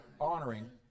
honoring